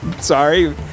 Sorry